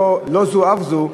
לא זו אף זו,